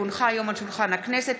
כי הונחה היום על שולחן הכנסת,